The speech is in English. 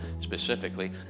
specifically